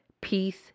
Peace